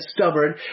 stubborn